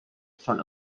from